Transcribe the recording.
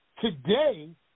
today